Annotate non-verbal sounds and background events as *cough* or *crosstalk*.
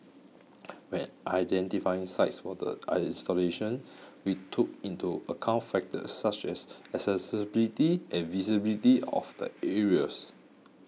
when identifying sites for the *hesitation* installations we took into account factors such as accessibility and visibility of the areas